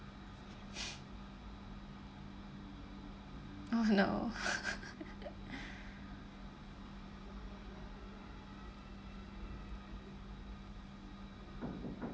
oh no